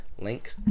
Link